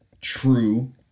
true